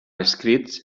escrits